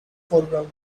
foreground